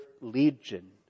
legion